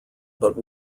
but